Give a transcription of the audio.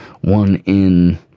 one-in